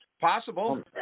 Possible